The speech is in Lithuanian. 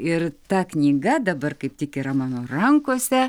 ir ta knyga dabar kaip tik yra mano rankose